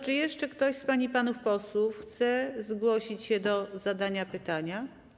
Czy jeszcze ktoś z pań i panów posłów chce zgłosić się do zadania pytania?